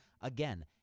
Again